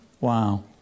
Wow